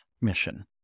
mission